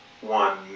one